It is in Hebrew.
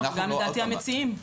ולדעתי, גם המציעים.